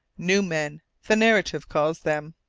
new men the narrative calls them.